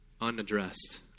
unaddressed